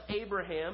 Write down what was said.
Abraham